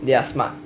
they are smart